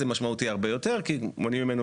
זה משמעותי הרבה יותר כי מונעים ממנו